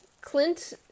Clint